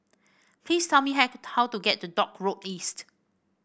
please tell me how to get to Dock Road East